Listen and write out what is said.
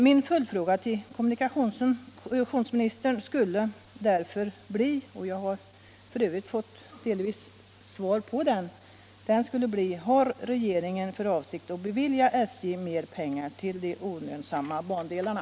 Min följdfråga till kommunikationsministern skulle därför bli — och den har jag f. ö. delvis redan fått svar på: Har regeringen för avsikt att bevilja SJ mer pengar till de olönsamma bandelarna?